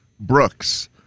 brooks